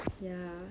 ya